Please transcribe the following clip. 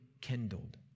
kindled